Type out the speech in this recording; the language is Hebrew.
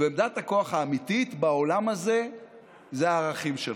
ועמדת הכוח האמיתית בעולם הזה זה הערכים שלך.